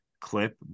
clip